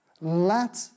Let